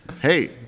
Hey